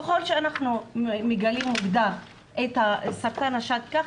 ככל שאנחנו מגלים מוקדם יותר את סרטן השד כך